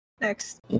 Next